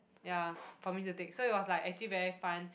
ya for me to take so it was like actually very fun